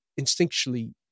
instinctually